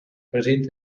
presente